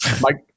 Mike